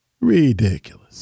Ridiculous